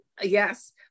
yes